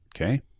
Okay